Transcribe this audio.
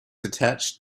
attached